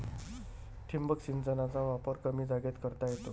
ठिबक सिंचनाचा वापर कमी जागेत करता येतो